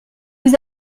vous